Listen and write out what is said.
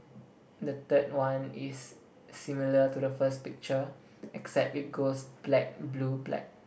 the third one is similar to the first picture except it goes black blue black